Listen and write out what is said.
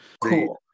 Cool